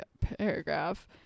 paragraph